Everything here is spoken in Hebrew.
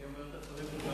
הצעה לסדר-היום שמספרה 1957,